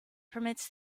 permits